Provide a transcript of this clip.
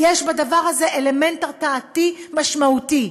יש בדבר הזה אלמנט הרתעתי משמעותי,